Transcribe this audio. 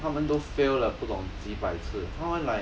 他们都 fail 的不懂几百次他们 like